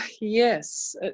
Yes